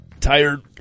Tired